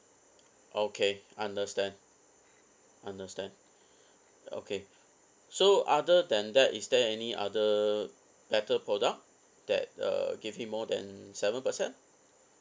okay understand understand okay so other than that is there any other better product that uh give me more than seven percent